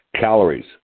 Calories